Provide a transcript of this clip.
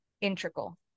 integral